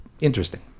interesting